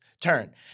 turn